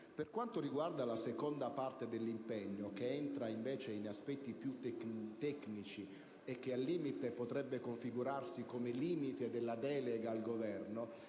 Per quanto riguarda la seconda parte dell'impegno, che entra invece in aspetti più tecnici, e che al limite potrebbe configurarsi come limite della delega al Governo,